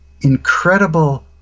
incredible